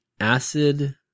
acid